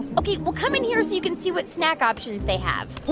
ok, well, come in here, so you can see what snack options they have.